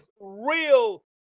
real